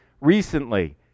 recently